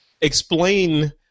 explain